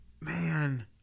Man